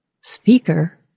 speaker